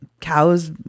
cows